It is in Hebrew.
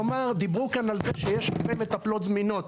דיברו כאן על מקרה שיש שתי מטפלות זמינות.